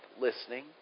listening